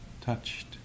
touched